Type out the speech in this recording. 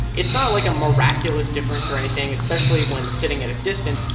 it's not like a miraculous difference or anything, especially when sitting at a distance,